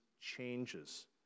changes